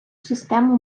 систему